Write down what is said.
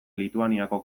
lituaniako